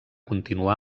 continuar